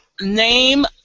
Name